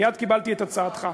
מייד קיבלתי את הצעתך.